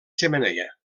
xemeneia